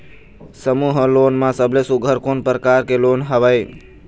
समूह लोन मा सबले सुघ्घर कोन प्रकार के लोन हवेए?